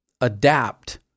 adapt